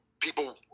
people